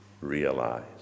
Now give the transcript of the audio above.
realize